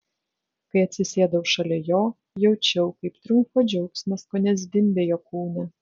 kai atsisėdau šalia jo jaučiau kaip triumfo džiaugsmas kone zvimbia jo kūne